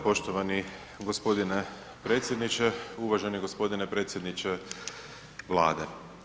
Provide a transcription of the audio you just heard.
Poštovani gospodine predsjedniče, uvaženi gospodine predsjedniče Vlade.